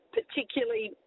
particularly